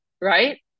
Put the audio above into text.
right